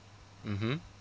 mmhmm